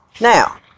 Now